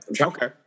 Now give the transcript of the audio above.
Okay